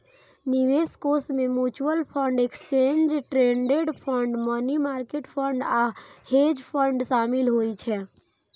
निवेश कोष मे mutual fund, exchange traded fund, money market fund आ हेज फंड शामिल होइ छै